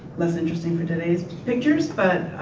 less interesting for today's pictures but